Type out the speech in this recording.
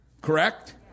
Correct